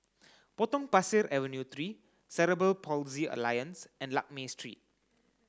Potong Pasir Avenue Three Cerebral Palsy Alliance and Lakme Street